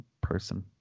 person